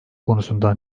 konusunda